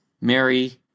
Mary